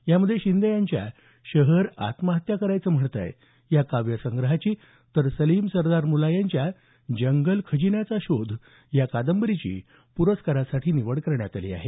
यामध्ये शिंदे यांच्या शहर आत्महत्या करायचं म्हणतंय या काव्यसंग्रहाची तर सलीम सरदार मुल्ला यांच्या जंगल खजिन्याचा शोध या कादंबरीची प्रस्कारासाठी निवड करण्यात आली आहे